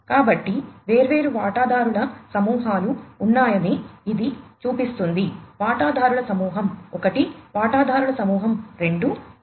కాబట్టి వేర్వేరు వాటాదారుల సమూహాలు ఉన్నాయని ఇది చూపిస్తుంది వాటాదారుల సమూహం 1 వాటాదారుల సమూహం 2